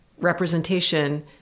representation